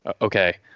okay